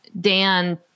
Dan